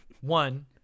One